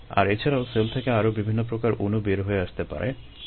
আর এছাড়াও সেল থেকে আরো বিভিন্ন প্রকার অণু বের হয়ে আসতে পারে